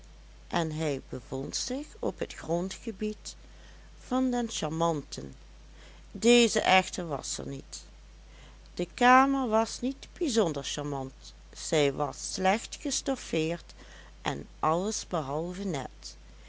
en hij bevond zich op het grondgebied van den charmanten deze echter was er niet de kamer was niet bijzonder charmant zij was slecht gestoffeerd en alles behalve net